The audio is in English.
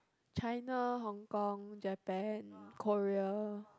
China hong-kong Japan Korea